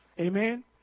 amen